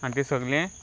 आनी तें सगलें